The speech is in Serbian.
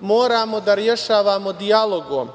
moramo da rešavamo dijalogom.